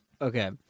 Okay